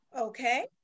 okay